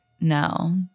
no